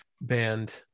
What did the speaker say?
band